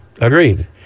Agreed